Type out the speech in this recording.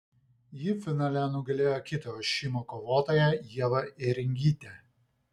ji finale nugalėjo kitą ošimo kovotoją ievą ėringytę